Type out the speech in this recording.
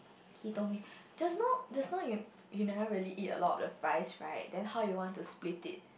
he told me just now just now you you never really eat a lot of the fries right then how you want to split it